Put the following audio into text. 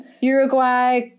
Uruguay